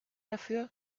dafür